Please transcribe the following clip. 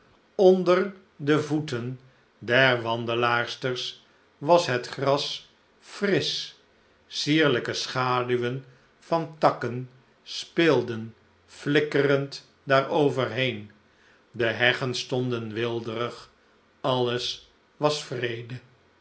onder de voeten der wandelaarsters was het gras frisch sierlijke schaduwen van takken speelden flikkerend daaroverheen de heggen stonden weelderig alles was vrede